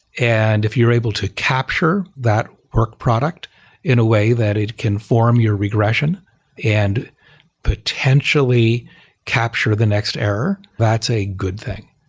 and if you're able to capture that work product in a way that it can form your regression and potentially capture the next error, that's a good thing.